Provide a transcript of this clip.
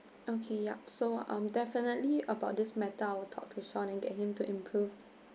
okay yup so um definitely about this matter I will talk to sean and get him to improve